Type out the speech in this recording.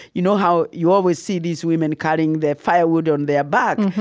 you know, how you always see these women carrying their firewood on their back,